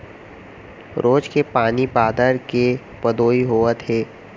रोज के पानी बादर के पदोई होवत हे